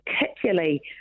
particularly